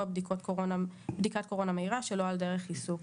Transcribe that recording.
בדיקת קורונה מהירה שלא על דרך עיסוק.